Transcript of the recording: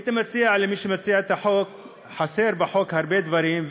הייתי מציע למי שמציע את החוק: חסרים בחוק הרבה דברים,